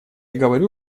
говорю